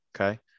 okay